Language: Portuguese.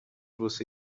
você